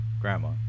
grandma